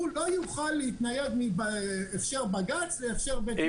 הוא לא יוכל להתנייד מהכשר בג"ץ להכשר בית יוסף.